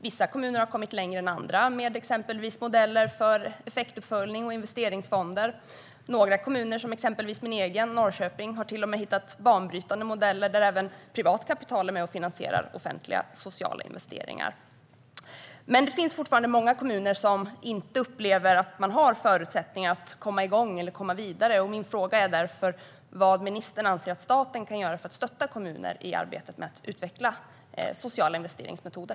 Vissa kommuner har kommit längre än andra med exempelvis modeller för effektuppföljning och investeringsfonder. Några kommuner, exempelvis min egen, Norrköping, har till och med hittat banbrytande modeller där även privat kapital är med och finansierar offentliga sociala investeringar. Men det finns fortfarande många kommuner som inte upplever att de har förutsättningar att komma igång eller komma vidare. Min fråga är därför: Vad anser ministern att staten kan göra för att stötta kommuner i arbetet med att utveckla sociala investeringsmetoder?